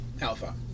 Alpha